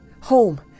Home